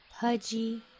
pudgy